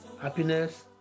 Happiness